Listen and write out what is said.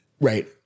Right